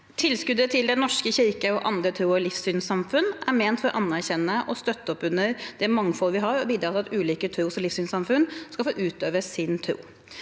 Tilskuddet til Den norske kirke og andre tros- og livssynssamfunn er ment å anerkjenne og støtte opp under det mangfoldet vi har, og bidra til at ulike tros- og livssynssamfunn skal få utøve sin tro.